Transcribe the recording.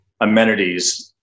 amenities